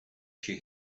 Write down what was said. she